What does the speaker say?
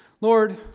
Lord